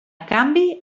canvi